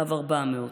קו 400,